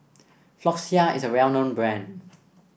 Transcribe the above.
Floxia is a well known brand